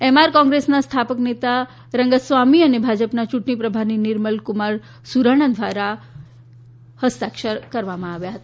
એમ R કોંગ્રેસના સ્થાપક નેતા રંગાસામી અને ભાજપના યૂંટણી પ્રભારી નિર્મલ કુમાર સુરાણા દ્વારા ફસ્તાક્ષર કરવામાં આવ્યા છે